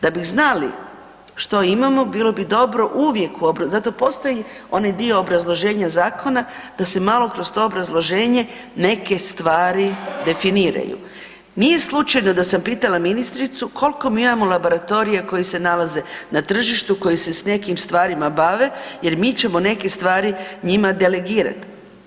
Da bi znali ono što imamo, bilo bi dobro uvijek, zato postoji onaj dio obrazloženja zakona, da se malo kroz to obrazloženje neke stvari definiraju, nije slučajno da sam pitala ministricu koliko mi imamo laboratorija koji se nalaze na tržištu, koji se s nekim stvarima bave jer mi ćemo neke stvari njima delegirati.